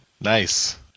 Nice